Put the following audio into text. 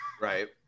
Right